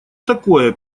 такое